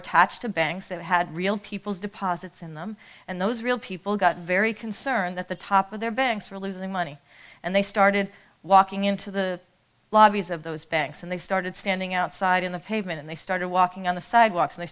attached to banks that had real people's deposits in them and those real people got very concerned that the top of their banks were losing money and they started walking into the lobbies of those banks and they started standing outside in the pavement and they started walking on the sidewalks